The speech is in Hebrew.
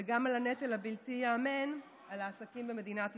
וגם על הנטל הבלתי-ייאמן על העסקים במדינת ישראל.